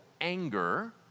anger